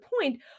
Point